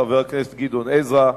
חבר הכנסת גדעון עזרא,